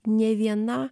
nė viena